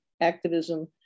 activism